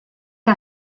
que